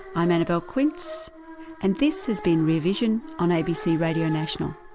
i'm annabelle quince and this has been rear vision on abc radio national